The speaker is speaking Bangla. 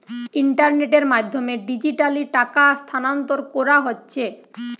ইন্টারনেটের মাধ্যমে ডিজিটালি টাকা স্থানান্তর কোরা হচ্ছে